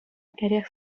эрех